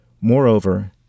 Moreover